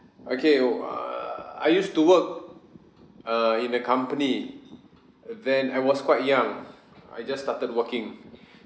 okay oh err I used to work uh in a company then I was quite young I just started working